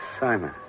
Simon